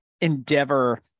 endeavor